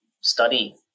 study